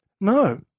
No